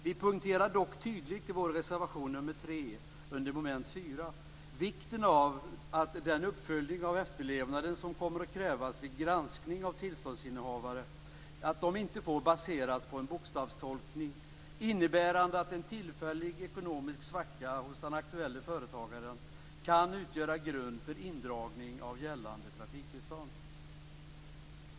Vi poängterar dock tydligt i vår reservation 3 under mom. 4 vikten av att den uppföljning av efterlevnaden som kommer att krävas vid granskning av tillståndsinnehavare inte får baseras på en bokstavstolkning innebärande att en tillfällig ekonomisk svacka hos den aktuelle företagaren kan utgöra grund för indragning av gällande trafiktillstånd.